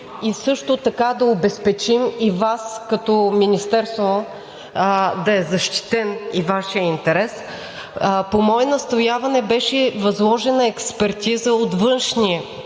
също така да обезпечим и Вас като Министерство – да е защитен и Вашият интерес, по мое настояване беше възложена експертиза от външни